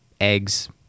eggs